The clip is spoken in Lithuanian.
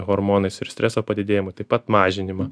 hormonais ir streso padidėjimu taip pat mažinimą